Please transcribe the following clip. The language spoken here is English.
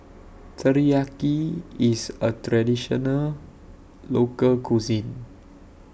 Teriyaki IS A Traditional Local Cuisine